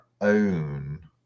own